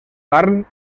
carn